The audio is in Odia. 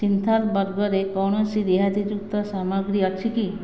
ସିନ୍ଥଲ୍ ବର୍ଗରେ କୌଣସି ରିହାତିଯୁକ୍ତ ସାମଗ୍ରୀ ଅଛି କି